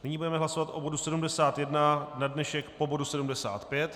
Nyní budeme hlasovat o bodu 71 na dnešek po bodu 75.